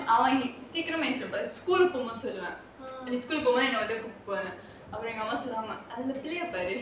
அவன் சீக்கிரமாவே எந்திரிச்சிடுவான்:avan seekiramaavae endhirichiduvaan school கு போவான்:ku povaan அப்போ அம்மா சொல்லுவாங்க அந்த பிள்ளையைபாரு:appo amma solluvanga antha pillayai paaru